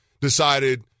decided